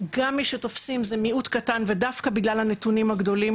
גם מי שתופסים זה מיעוט קטן ודווקא בגלל הנתונים הגדולים